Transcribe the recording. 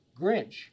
Grinch